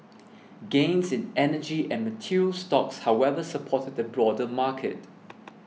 gains in energy and materials stocks however supported the broader market